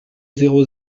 zéro